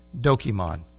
Dokimon